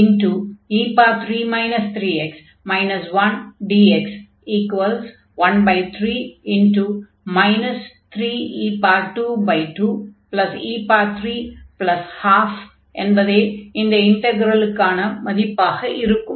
1301e2xe3 3x 1dx 13 3e22e312 என்பதே இந்த இன்டெக்ரலுக்கான மதிப்பாக இருக்கும்